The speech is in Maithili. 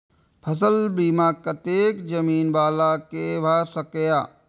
फसल बीमा कतेक जमीन वाला के भ सकेया?